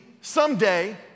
someday